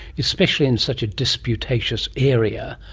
especially in such a disputatious area.